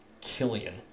Killian